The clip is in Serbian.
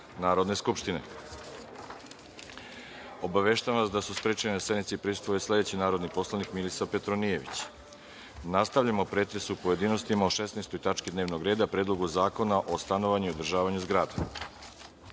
Narodne skupštine. Obaveštavam vas da je sprečen da sednici prisustvuje narodni poslanik Milisav Petronijević. Nastavljamo pretres u pojedinostima o 16. tački dnevnog reda – Predlog zakona o stanovanju i održavanju zgrada. Na